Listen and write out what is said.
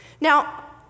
Now